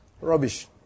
Rubbish